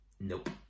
nope